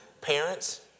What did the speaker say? Parents